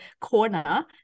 corner